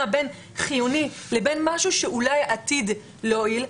בין חיוני לבין משהו שאולי עתיד להועיל,